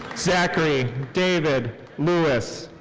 zachary david lewis.